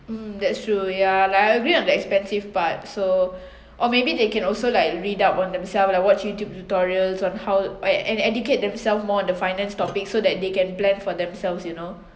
mm that's true yeah like I agree on the expensive part so or maybe they can also like read up on themselves like watch Youtube tutorials on how and e~ educate themselves more on the finance topic so that they can plan for themselves you know